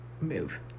move